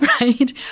right